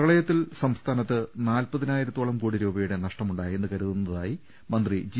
പ്രളയത്തിൽ സംസ്ഥാനത്ത് നാൽപതിനായിരം കോടി രൂപയുടെ നഷ്ടമുണ്ടായെന്ന് കരുതുന്നതായി മന്ത്രി ജി